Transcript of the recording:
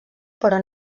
però